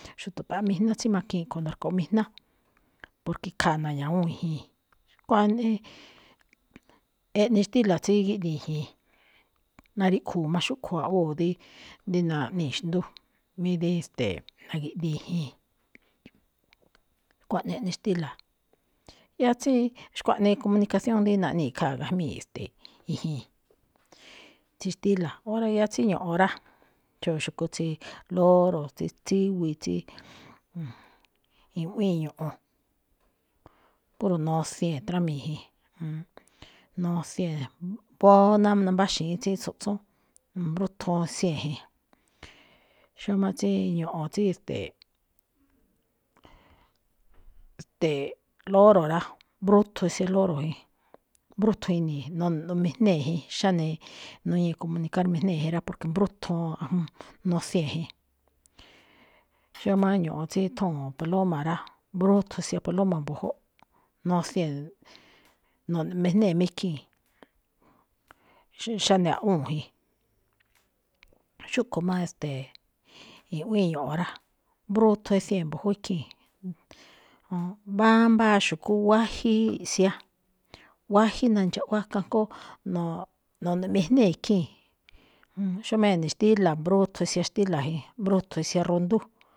Xu̱duta̱ꞌamijná tsí makiin ꞌkho̱ no̱rkoꞌomijná, porque ikhaa̱ na̱ña̱wúu̱n i̱jii̱n. Xkuaꞌnii eꞌne xtíla̱ tsí gíꞌdiin i̱jii̱n, nariꞌkhuu̱ má xúꞌkho̱ a̱ꞌwóo dí-dí naꞌnii̱ xndú, mí dí, ste̱e̱, na̱gi̱dii̱n i̱jii̱n. Kuaꞌnii eꞌne xtíla̱. Yáá tsí xkuaꞌnii comunicación dí naꞌnii̱ khaa̱ gajmíi̱, e̱ste̱e̱, i̱jii̱n, tsí xtíla̱. Óra̱ yáá tsí ño̱ꞌo̱n rá, xóo xu̱kú tsíi lóro̱, tsí tsíwi tsí, i̱ꞌwíin ño̱ꞌo̱n, puro nosiee̱n trámii̱ jin, nosiee̱n. Mbóó ná nambáxi̱ín tsí tsu̱ꞌtsún, mbrúthun siee̱n jin. Xómá tsí ño̱ꞌo̱n tsí, e̱ste̱e̱, ste̱e̱, loro rá, mbrúthun sian lóro̱ jin, mbrúthun ini̱i̱, none̱ꞌn ejnée jin, xáne nuñíi̱ comunicar mejnée̱ jin rá, porque brúthuun aj- nusiee̱n jin. Xómá ño̱ꞌo̱n tsí thúu̱n paloma rá, mbrúthun sian paloma mbu̱júꞌ, nosiee̱n, none̱ꞌn ejnée̱ má khii̱n. Xáne a̱ꞌwúu̱n jin. Xúꞌkho̱ má, e̱ste̱e̱, i̱ꞌwíin ño̱ꞌo̱n rá, mbruthun isiee̱n mbu̱jú ikhii̱n. mbámbáa xu̱kú wájí iꞌsian, wájí nandxaꞌwá kajngó no̱o̱-no̱nemijnée̱ ikhii̱n. Xómá ene̱ xtíla̱, bróthon isian xtíla̱, mbrúthun isian rundú.